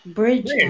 bridge